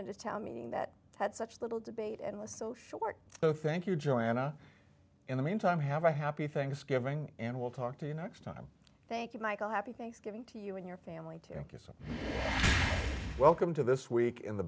to town meeting that had such little debate and was so short so thank you joanna in the meantime have a happy thanksgiving and we'll talk to you next time thank you michel happy thanksgiving to you and your family to get some welcome to this week in the